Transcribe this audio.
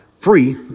Free